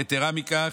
יתרה מכך,